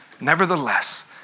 Nevertheless